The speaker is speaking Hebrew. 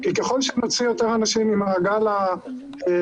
כי ככל שנוציא יותר אנשים ממעגל המרחב